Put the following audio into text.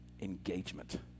Engagement